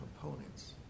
components